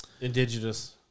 indigenous